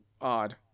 odd